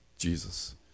Jesus